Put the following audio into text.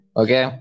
okay